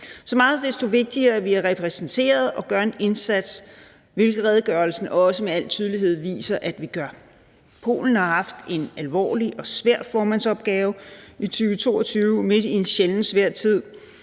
Så meget desto vigtigere er det, at vi er repræsenteret og gør en indsats, hvilket redegørelsen også med al tydelighed viser at vi gør. Polen har haft en alvorlig og svær formandsopgave i 2022 midt i en sjældent svær tid.